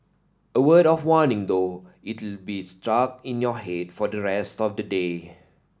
a word of warning though it'll be stuck in your head for the rest of the day